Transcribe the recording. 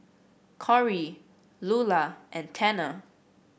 Korey Lula and Tanner